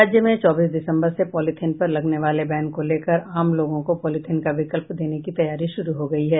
राज्य में चौबीस दिसम्बर से पॉलिथीन पर लगने वाले बैन को लेकर आम लोगों को पॉलिथीन का विकल्प देने की तैयारी शुरू हो गयी है